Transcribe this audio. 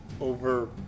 over